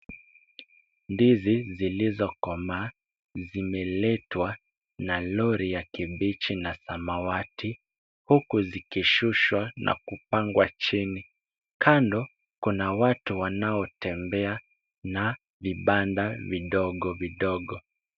Ndizi zilizokomaa zimeletwa na lori ya kibichi na samawati, huku zikishushwa na kupangwa chini. Kando kuna watu wanaotembea na vibanda vidogo vidogo.